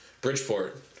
Bridgeport